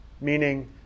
meaning